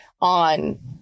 on